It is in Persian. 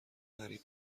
قریب